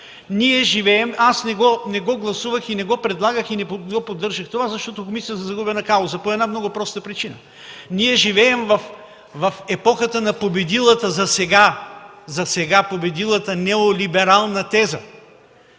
Местан, аз не гласувах, не го предложих и не поддържах това, защото го мисля за загубена кауза по една много проста причина: ние живеем в епохата на засега победилата неолиберална теза.